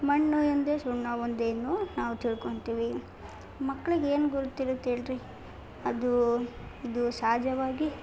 ಮಣ್ಣು ಎಂದೆ ಸುಣ್ಣ ಒಂದೆ ಏನು ನಾವು ತಿಳ್ಕೊತೀವಿ ಮಕ್ಳಿಗೆ ಏನು ಗೊತ್ತಿರತ್ತೆ ಹೇಳ್ರಿ ಅದು ಇದು ಸಹಜವಾಗಿ